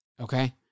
okay